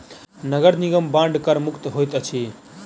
नगर निगम बांड कर मुक्त होइत अछि